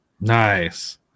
Nice